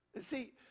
see